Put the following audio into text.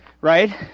right